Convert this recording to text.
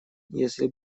если